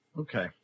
Okay